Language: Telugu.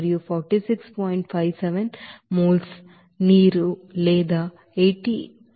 57 మోల్ నీరు లేదా మీరు 838